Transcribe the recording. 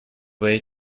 way